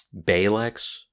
Balex